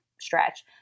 stretch